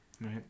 Right